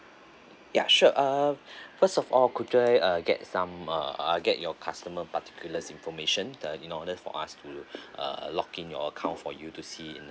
ya sure uh first of all could I uh get some uh I get your customer particulars information the in order for us to err log in your account for you to see